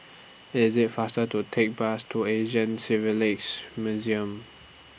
IS IT faster to Take Bus to Asian Museum